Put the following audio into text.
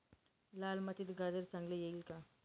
लाल मातीत गाजर चांगले येईल का?